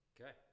Okay